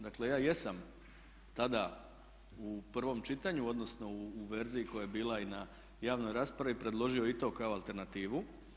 Dakle, ja jesam tada u prvom čitanju, odnosno u verziji koja je bila i na javnoj raspravi predložio i to kao alternativu.